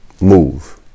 Move